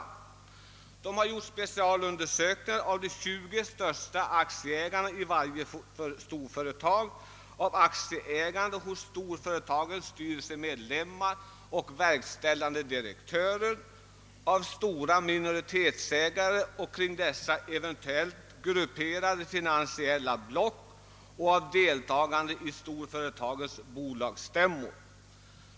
Utredningen har gjort en speciell undersökning om de 20 största aktieägarna i varje storföretag och aktieägandet hos aktiebolagens styrelsemedlemmar och verkställande direktörer, hos stora minoritetsägare och kring dessa eventuellt grupperade finansiella block samt hos deltagarna i storföretagens bolagsstäm mor.